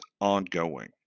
ongoing